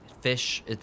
fish